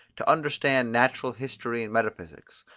to understand natural history and metaphysics,